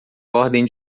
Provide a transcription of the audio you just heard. ordem